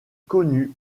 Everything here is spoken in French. connue